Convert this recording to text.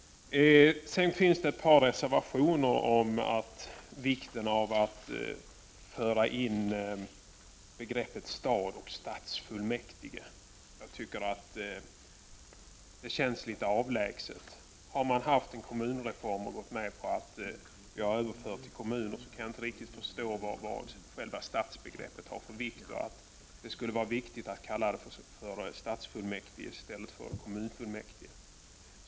Det finns vidare ett par reservationer om vikten av att återinföra begreppen stad och stadsfullmäktige. Jag tycker att det känns litet avlägset. När man har gått med på en kommunreform, kan jag inte riktigt förstå varför begreppet stad är så viktigt och varför man skall kalla det för stadsfullmäktige i stället för kommunfullmäktige.